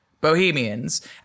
Bohemians